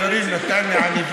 אחד החברים נתן לי עניבה,